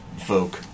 folk